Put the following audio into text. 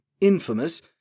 infamous